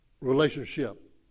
relationship